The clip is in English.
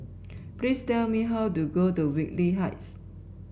please tell me how to go to Whitley Heights